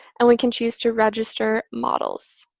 and we can choose to register models.